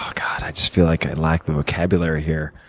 god, i just feel like i lack the vocabulary here.